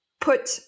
put